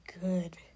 good